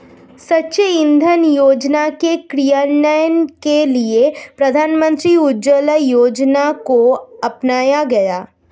स्वच्छ इंधन योजना के क्रियान्वयन के लिए प्रधानमंत्री उज्ज्वला योजना को अपनाया गया